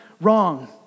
wrong